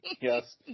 yes